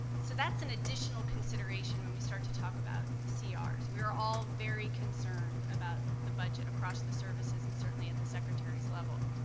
so that's an additional consideration when we start to talk about ah crs. we are all very concerned about the budget, across the services and certainly at the secretary's level.